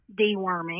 deworming